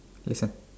listen